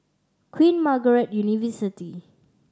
Queen Margaret University